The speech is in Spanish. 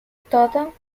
todo